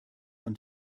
von